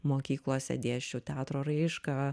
mokyklose dėsčiau teatro raišką